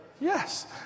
Yes